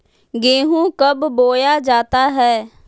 गेंहू कब बोया जाता हैं?